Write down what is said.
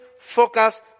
focus